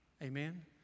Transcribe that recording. Amen